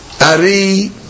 Ari